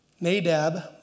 Nadab